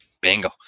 Bingo